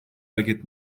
hareket